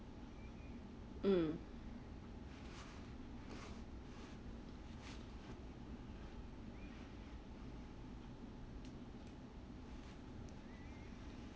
mm